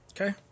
Okay